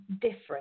different